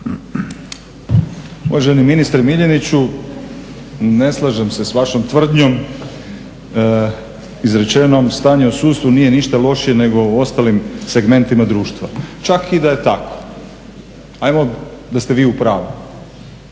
Uvaženi ministre Miljeniću, ne slažem se s vašom tvrdnjom izrečenom "Stanje u sudstvu nije ništa lošije nego u ostalim segmentima društva.". Čak i da je tako, ajmo da ste vi upravu